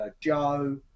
Joe